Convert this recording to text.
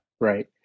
Right